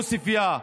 היישוב עוספיא,